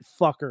fucker